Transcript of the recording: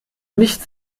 nicht